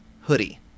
hoodie